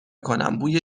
کنم، بوی